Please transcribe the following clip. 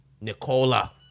Nicola